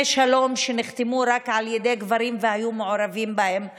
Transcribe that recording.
שלום שנחתמו רק על ידי גברים והיו מעורבים בהם גברים.